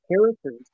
characters